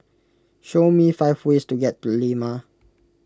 show me five ways to get to Lima